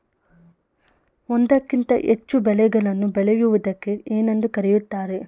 ಒಂದಕ್ಕಿಂತ ಹೆಚ್ಚು ಬೆಳೆಗಳನ್ನು ಬೆಳೆಯುವುದಕ್ಕೆ ಏನೆಂದು ಕರೆಯುತ್ತಾರೆ?